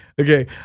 Okay